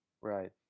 Right